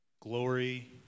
glory